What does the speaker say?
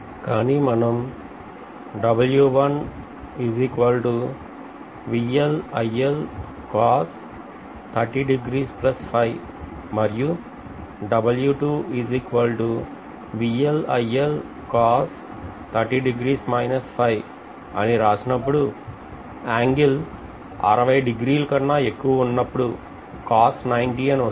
కానీ మనం మరియు అని రాసినప్పుడు ఏంగెల్ 60 డిగ్రీల డిగ్రీ ల కన్నా ఎక్కువ ఉన్నప్పుడు అని వస్తుంది